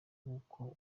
w’uko